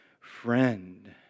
friend